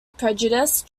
prejudice